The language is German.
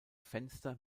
fenster